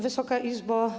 Wysoka Izbo!